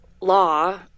law